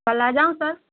کل آ جاؤں سر